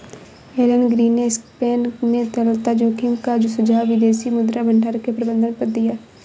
Elon Greenspan ने तरलता जोखिम का सुझाव विदेशी मुद्रा भंडार के प्रबंधन पर दिया